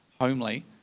homely